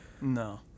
no